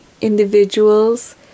individuals